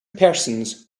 persons